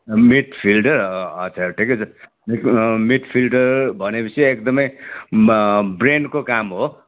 mid fielder अच्छा ठिकै छ मिड मिड फिल्डर भने पछि एकदमै ब्रेनको काम हो